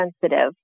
sensitive